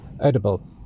Edible